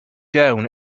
down